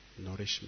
nourishment